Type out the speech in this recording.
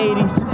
80s